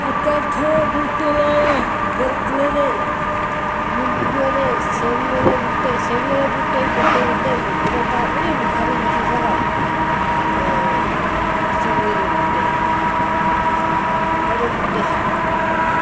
कैंथे बूह्टे लाने गरगलें दे निम्हुएं दे सेऊएं दे बूह्टे सेऊएं दे बूह्टे बी बड्डे बड्डे होंदे बड़े ढाह्ल उनें बी खरी मती जगा लोड़दी सेऊए दे बूह्टेंई बड़े बूह्टे